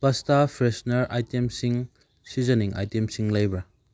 pasta freshener ꯑꯥꯥꯏꯇꯦꯝꯁꯤꯡ seasoning ꯑꯥꯏꯇꯦꯝꯁꯤꯡ ꯂꯩꯕ꯭ꯔꯥ